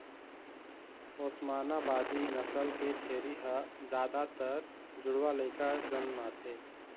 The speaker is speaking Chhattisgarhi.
ओस्मानाबादी नसल के छेरी ह जादातर जुड़वा लइका जनमाथे